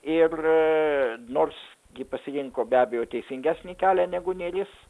ir nors ji pasirinko be abejo teisingesnį kelią negu nėris